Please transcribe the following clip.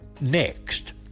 next